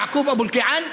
יעקוב אבו אלקיעאן,